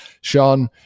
Sean